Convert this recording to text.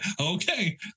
okay